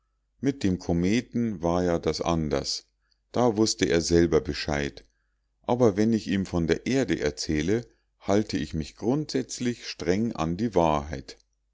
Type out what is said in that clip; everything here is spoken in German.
mit dem kometen war ja das anders da wußte er selber bescheid aber wenn ich ihm von der erde erzähle halte ich mich grundsätzlich streng an die wahrheit